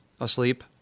asleep